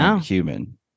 human